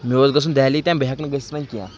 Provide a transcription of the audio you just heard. مےٚ اوس گژھُن دہلی تانۍ بہٕ ہٮ۪کہٕ نہٕ گٔژھِتھ وۄنۍ کینٛہہ